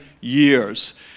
years